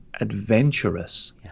adventurous